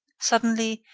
suddenly,